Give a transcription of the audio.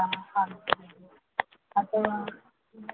ಅಥವಾ